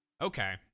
Okay